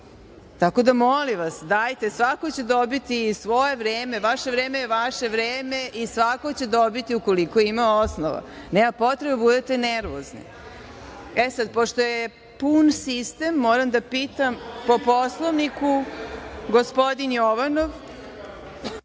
Tako da, molim vas, svako će dobiti svoje vreme. Vaše vreme je vaše vreme i svako će dobiti, ukoliko ima osnova. Nema potrebe da budete nervozni.E sad, pošto je pun sistem, moram da pitam, ko je po Poslovniku? Gospodin Jovanov.